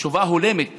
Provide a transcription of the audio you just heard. תשובה הולמת